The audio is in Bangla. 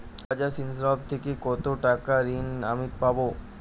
বাজাজ ফিন্সেরভ থেকে কতো টাকা ঋণ আমি পাবো?